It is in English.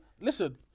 Listen